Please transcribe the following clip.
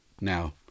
Now